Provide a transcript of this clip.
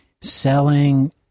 Selling